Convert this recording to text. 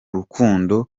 rukundo